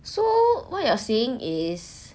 so what you are saying is